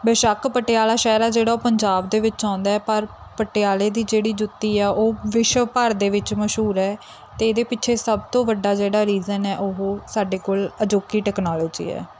ਬੇਸ਼ੱਕ ਪਟਿਆਲਾ ਸ਼ਹਿਰ ਆ ਜਿਹੜਾ ਉਹ ਪੰਜਾਬ ਦੇ ਵਿੱਚ ਆਉਂਦਾ ਪਰ ਪਟਿਆਲੇ ਦੀ ਜਿਹੜੀ ਜੁੱਤੀ ਆ ਉਹ ਵਿਸ਼ਵ ਭਰ ਦੇ ਵਿੱਚ ਮਸ਼ਹੂਰ ਹੈ ਅਤੇ ਇਹਦੇ ਪਿੱਛੇ ਸਭ ਤੋਂ ਵੱਡਾ ਜਿਹੜਾ ਰੀਜਨ ਹੈ ਉਹ ਸਾਡੇ ਕੋਲ ਅਜੋਕੀ ਟੈਕਨੋਲੋਜੀ ਹੈ